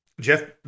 Jeff